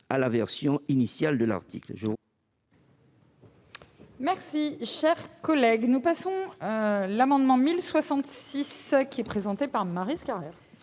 à la version initiale de l'article.